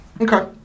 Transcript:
Okay